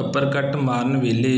uppercut ਮਾਰਨ ਵੇਲੇ